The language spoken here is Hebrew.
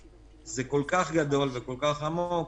זה כל כך גדול וכל כך עמוק,